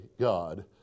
God